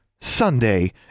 Sunday